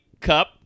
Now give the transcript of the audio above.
cup